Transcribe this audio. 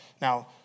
Now